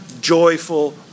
joyful